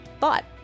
thought